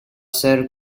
ser